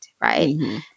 right